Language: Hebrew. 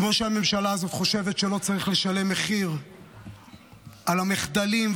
כמו שהממשלה הזאת חושבת שלא צריך לשלם מחיר על המחדלים,